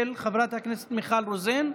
של חברת הכנסת מיכל רוזין.